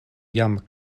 jam